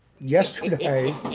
yesterday